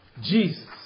Jesus